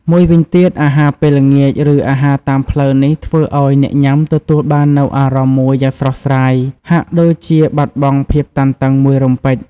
មួយវិញទៀត អាហារពេលល្ងាច ឬអាហារតាមផ្លូវនេះធ្វើឲ្យអ្នកញុាំទទួលបាននូវអារម្មណ៍មួយយ៉ាងស្រស់ស្រាយ ហាក់ដូចជាបាត់បង់ភាពតានតឹងមួយរំពេច។